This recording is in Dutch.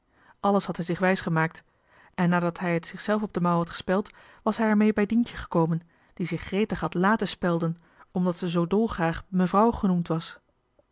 alles had hij zich wijs gemaakt en nadat hij het zichzelf op de mouw had gespeld was hij er mee bij dientje gekomen die zich gretig had làten spelden omdat ze zoo dolgraag mevrouw genoemd was